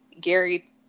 Gary